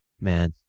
man